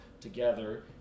together